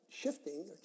shifting